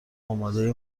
امادهی